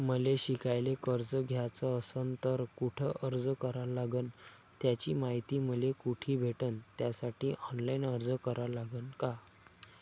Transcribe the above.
मले शिकायले कर्ज घ्याच असन तर कुठ अर्ज करा लागन त्याची मायती मले कुठी भेटन त्यासाठी ऑनलाईन अर्ज करा लागन का?